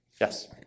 Yes